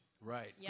Right